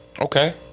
Okay